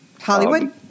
Hollywood